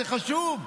זה חשוב,